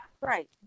right